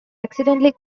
accidentally